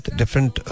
different